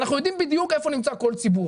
ואנחנו יודעים בדיוק איפה נמצא כל ציבור.